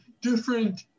different